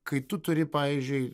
kai tu turi pavyzdžiui